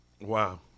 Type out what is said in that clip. Wow